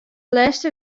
lêste